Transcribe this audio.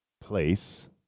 place